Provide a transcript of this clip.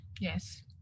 Yes